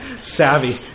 Savvy